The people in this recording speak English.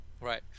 Right